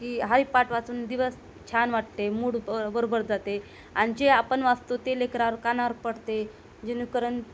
की हरीपाठ वाचून दिवस छान वाटते मूड ब बरोबर जाते आणि जे आपण वाचतो ते लेकरावर कानावर पडते जेणेकरून